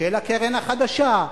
של הקרן החדשה,